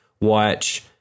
watch